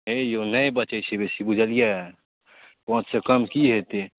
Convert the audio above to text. नहि यौ नहि बचैत छै बेसी बुझलियै पांँचसँ कम की होयतै